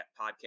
podcast